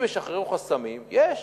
אם ישחררו חסמים, יש.